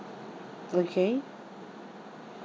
okay